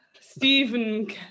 Stephen